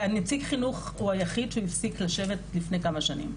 נציג חינוך הוא היחיד שהפסיק לשבת לפני כמה שנים.